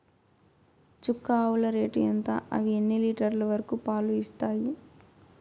చుక్క ఆవుల రేటు ఎంత? అవి ఎన్ని లీటర్లు వరకు పాలు ఇస్తాయి?